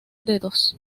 dedos